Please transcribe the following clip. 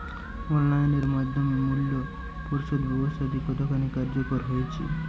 Online এর মাধ্যমে মূল্য পরিশোধ ব্যাবস্থাটি কতখানি কার্যকর হয়েচে?